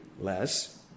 less